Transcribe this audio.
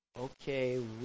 okay